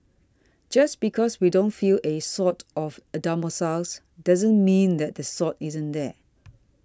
just because we don't feel a Sword of Damocles doesn't mean that the sword isn't there